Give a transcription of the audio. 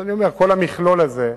כל המכלול הזה,